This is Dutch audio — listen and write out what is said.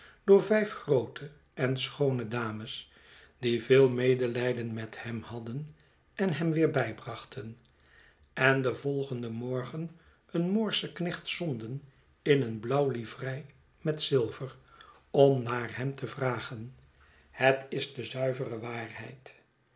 door vijf groote en schoone dames die veel medelijden met hem hadden en hem weer bijbrachten en den volgenden morgen een moorschen knecht zonden in een blauw livrei met zilver om naar hem te vragen het is de zuivere waarheid